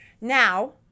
Now